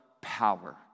power